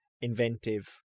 inventive